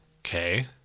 Okay